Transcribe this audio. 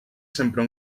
sempre